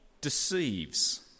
deceives